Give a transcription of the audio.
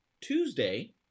Tuesday